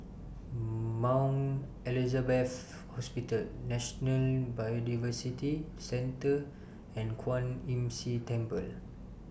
Mount Elizabeth Hospital National Biodiversity Centre and Kwan Imm See Temple